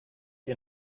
ihr